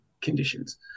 conditions